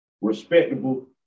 respectable